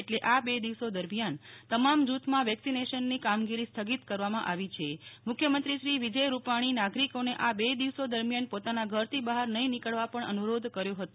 એટલે આ બે દિવસો દરમિયાન તમામ જૂથમાં વેક્સિનેશનની કામગીરી સ્થગિત કરવામાં આવી છે મુખ્યમંત્રી શ્રી વિજયભાઈ રૂપાણી નાગરિકોને આ બે દિવસો દરમ્યાન પોતાના ઘરથી બહાર નર્ફી નીકળવા પણ અનુરોધ કર્યો હતો